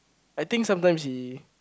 I think sometimes he